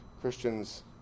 Christians